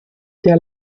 der